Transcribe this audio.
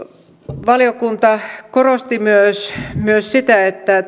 valiokunta korosti myös myös sitä että